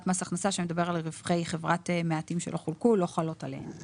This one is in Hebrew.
מס הכנסה שמדבר על רווחי חברת מעטים שלא חולקו לא חלות עליהם.